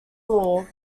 law